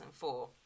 2004